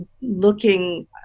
looking